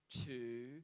two